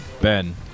Ben